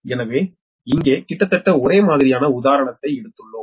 எனவே இங்கே கிட்டத்தட்ட ஒரே மாதிரியான உதாரணத்தை எடுத்துள்ளோம்